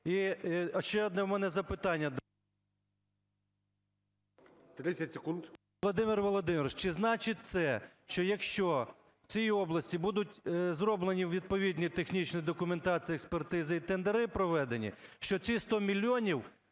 30 секунд. ЄВТУШОК С.М. Володимир Володимирович, чи значить це, що якщо в цій області будуть зроблені відповідні технічні документації, експертизи і тендери проведені, що ці 100 мільйонів